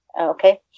Okay